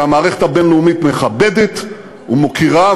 שהמערכת הבין-לאומית מכבדת ומוקירה,